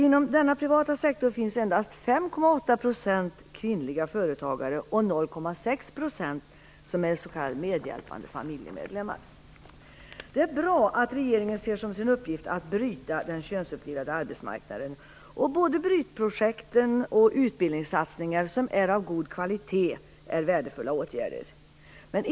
Inom den privata sektorn finns endast 5,8 % Det är bra att regeringen ser som sin uppgift att bryta den könsuppdelade arbetsmarknaden. Både brytprojekten och utbildningssatsningar av god kvalitet är värdefulla åtgärder.